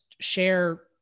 share